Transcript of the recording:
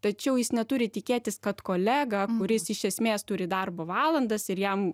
tačiau jis neturi tikėtis kad kolega kuris iš esmės turi darbo valandas ir jam